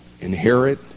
inherit